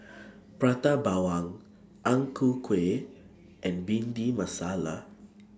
Prata Bawang Ang Ku Kueh and Bhindi Masala